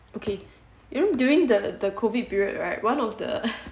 okay you know during the the COVID period right one of the